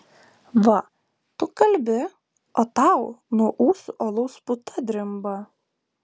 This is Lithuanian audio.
va tu kalbi o tau nuo ūsų alaus puta drimba